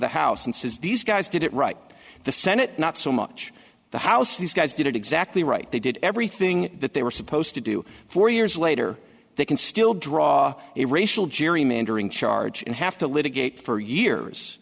the house and says these guys did it right the senate not so much the house these guys did it exactly right they did everything that they were supposed to do four years later they can still draw a racial gerrymandering charge and have to